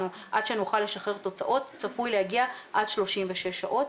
עד שנוכל לשחרר תוצאות צפוי להגיע עד 36 שעות,